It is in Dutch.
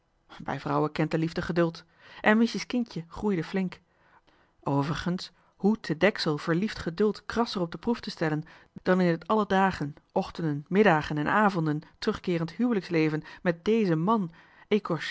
de vrouw kent de liefde geduld en miesje's kindje groeide flink overigens hoe te deksel verliefd geduld krasser op de proef te stellen dan in het alle dagen ochtenden middagen en avonden terugkeerend huwelijksleven met dezen man